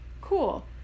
cool